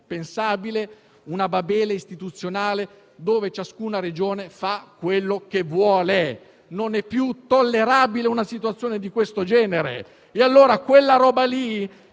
pensabile una Babele istituzionale tale per cui ciascuna Regione fa quello che vuole. Non è più tollerabile una situazione di questo genere. Allora quella roba